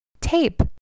Tape